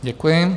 Děkuji.